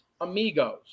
amigos